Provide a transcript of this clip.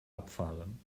abfahren